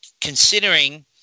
considering